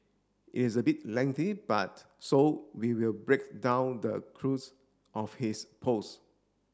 is a bit lengthy but so we will break down the of his post